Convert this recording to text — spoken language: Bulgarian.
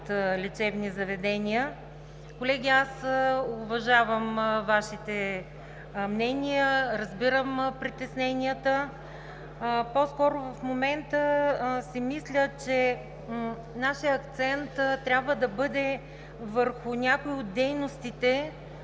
вид лечебни заведения. Колеги, аз уважавам Вашите мнения, разбирам притесненията Ви, но в момента си мисля, че нашият акцент трябва да бъде върху някои от дейностите